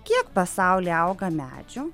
kiek pasauly auga medžių